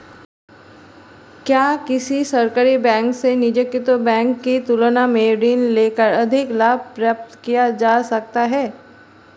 क्या किसी सरकारी बैंक से निजीकृत बैंक की तुलना में ऋण लेकर अधिक लाभ प्राप्त किया जा सकता है?